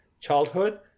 childhood